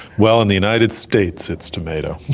well, in the united states it's to-may-to.